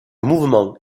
mouvement